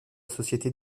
société